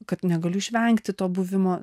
kad negaliu išvengti to buvimo